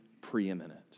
preeminent